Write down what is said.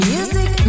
Music